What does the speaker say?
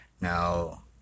Now